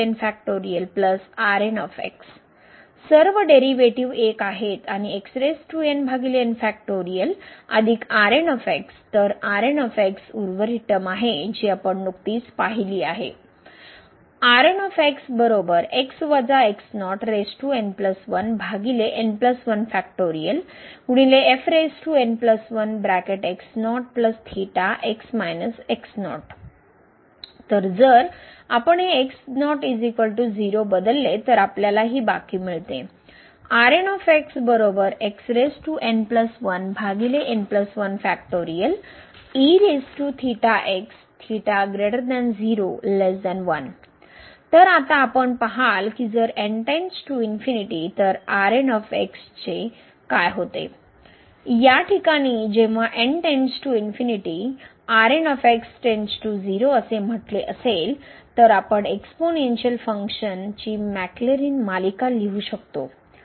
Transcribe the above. आणि तर उर्वरित टर्म आहे जी आपण नुकतीच पाहिली आहे तर जर आपण हे बदलले तर आपल्याला हि बाकी मिळते तर आता आपण पहाल की जर तर चे न काय होते या ठिकाणी जेंव्हा असे म्हटले असेल तर आपण एक्सपोन्शियन्अल फंक्शन x ची मॅक्लॅरिन मालिका लिहू शकतो